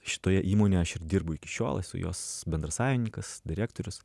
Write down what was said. šitoje įmonėje aš ir dirbu iki šiol esu jos bendrasavininkas direktorius